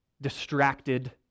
distracted